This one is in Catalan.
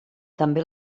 també